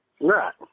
Right